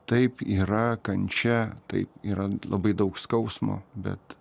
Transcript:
taip yra kančia taip yra labai daug skausmo bet